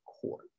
court